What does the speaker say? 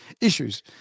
issues